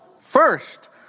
first